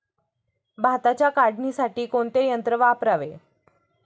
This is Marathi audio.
भाताच्या काढणीसाठी कोणते यंत्र वापरावे?